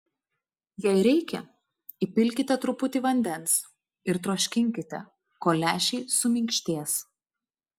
jei reikia įpilkite truputį vandens ir troškinkite kol lęšiai suminkštės